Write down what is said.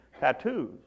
tattoos